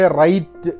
right